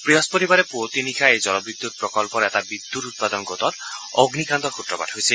বহস্পতিবাৰে পুৱতি নিশা এই জলবিদ্যুৎ প্ৰকল্পৰ এটা বিদ্যুৎ উৎপাদন গোটত অগ্নিকাণ্ডৰ সূত্ৰপাত হৈছিল